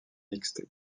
mixte